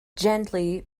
gently